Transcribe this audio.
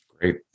Great